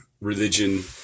religion